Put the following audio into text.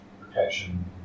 protection